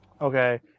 Okay